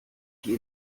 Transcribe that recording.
die